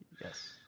Yes